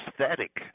aesthetic